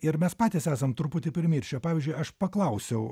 ir mes patys esam truputį primiršę pavyzdžiui aš paklausiau